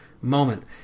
moment